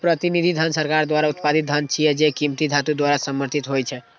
प्रतिनिधि धन सरकार द्वारा उत्पादित धन छियै, जे कीमती धातु द्वारा समर्थित होइ छै